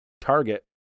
target